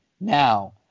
Now